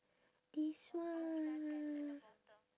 this one